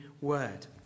word